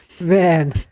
Man